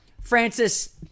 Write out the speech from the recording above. Francis